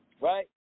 Right